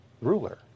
ruler